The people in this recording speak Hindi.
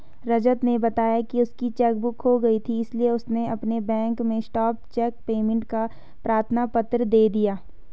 रजत ने बताया की उसकी चेक बुक खो गयी थी इसीलिए उसने अपने बैंक में स्टॉप चेक पेमेंट का प्रार्थना पत्र दे दिया